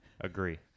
Agree